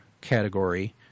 category